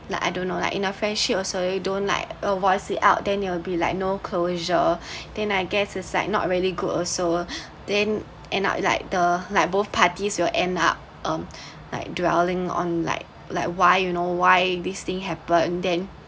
like I don't know like in our friendship also don't like uh voice it out then you will be like no closure then I guess it's like not really good also then end up like the like both parties will end up um like dwelling on like like why you know why this thing happen then